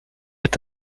est